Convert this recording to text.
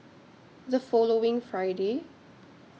The following Friday